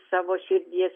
savo širdies